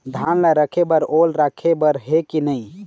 धान ला रखे बर ओल राखे बर हे कि नई?